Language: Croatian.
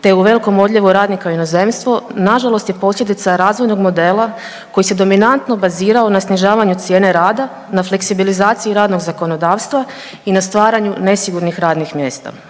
te u velikom odljevu radnika u inozemstvo nažalost je posljedica razvojnog modela koji se dominantno bazirao na snižavanju cijene rada, na fleksibilizaciji radnog zakonodavstva i na stvaranju nesigurnih radnih mjesta.